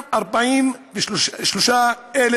243,000